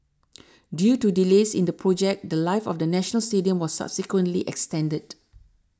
due to delays in the project the Life of the National Stadium was subsequently extended